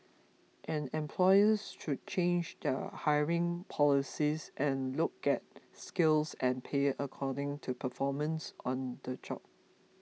and employers should change their hiring policies and look at skills and pay according to performance on the job